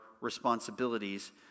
responsibilities